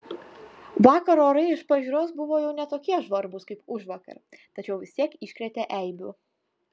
vakar orai iš pažiūros buvo jau ne tokie žvarbūs kaip užvakar tačiau vis tiek iškrėtė eibių